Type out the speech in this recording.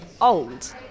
old